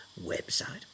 Website